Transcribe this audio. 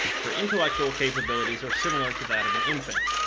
her intellectual capabilties are similar to that of an infant,